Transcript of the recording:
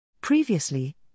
previously